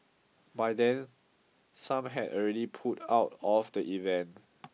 by then some had already pulled out of the event